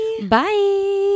Bye